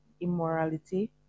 immorality